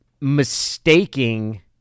mistaking